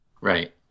right